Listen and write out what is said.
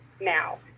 now